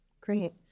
Great